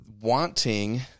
Wanting